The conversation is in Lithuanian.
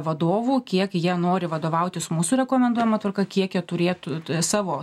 vadovų kiek jie nori vadovautis mūsų rekomenduojama tvarka kiek jie turėtų savo